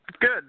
Good